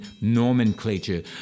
nomenclature